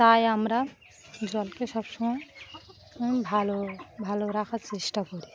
তাই আমরা জলকে সব সমময় ভালো ভালো রাখার চেষ্টা করি